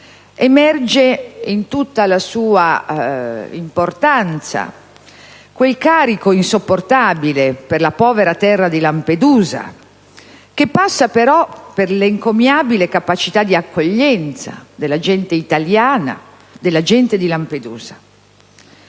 emerge in tutta la sua importanza il carico insopportabile per la povera terra di Lampedusa, che passa però per l'encomiabile capacità di accoglienza della gente italiana, la gente di Lampedusa.